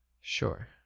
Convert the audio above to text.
Sure